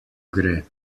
gre